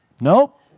Nope